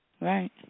Right